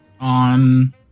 On